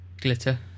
Glitter